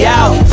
out